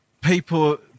people